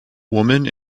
woman